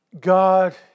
God